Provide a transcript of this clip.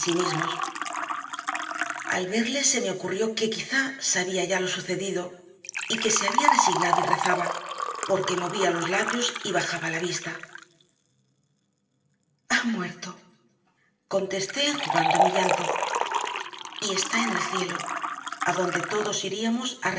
mismos al verle se me ocurrió que quizá sabía ya lo sucedido y que se había resignado y rezaba porque movía los labios y bajaba la vista ha muerto contesté enjugando mi llanto y está en el cielo adonde todos iríamos a